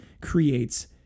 creates